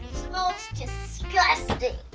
smells disgusting!